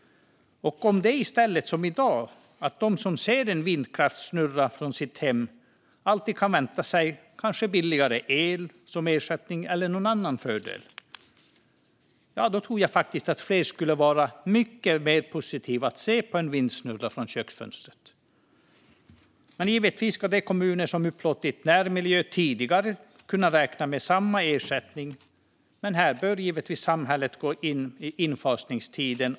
Om de som ser en vindkraftssnurra från sitt hem kanske kan vänta sig billigare el som ersättning eller någon annan fördel, då tror jag faktiskt att fler skulle vara mycket mer positiva till att titta på en vindsnurra från köksfönstret. Givetvis ska de kommuner som har upplåtit närmiljö tidigare kunna räkna med samma ersättning. Men här bör givetvis samhället gå in under infasningstiden.